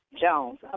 Jones